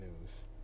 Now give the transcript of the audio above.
news